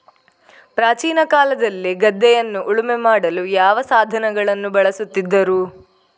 ಪ್ರಾಚೀನ ಕಾಲದಲ್ಲಿ ಗದ್ದೆಯನ್ನು ಉಳುಮೆ ಮಾಡಲು ಯಾವ ಸಾಧನಗಳನ್ನು ಬಳಸುತ್ತಿದ್ದರು?